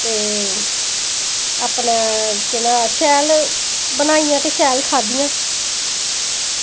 ते केह् अपना शैल बनाइयै ते शैल खाद्धियां